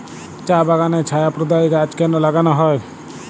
চা বাগানে ছায়া প্রদায়ী গাছ কেন লাগানো হয়?